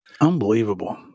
Unbelievable